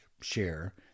share